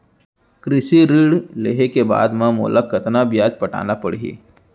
कृषि ऋण लेहे के बाद म मोला कतना ब्याज पटाना पड़ही?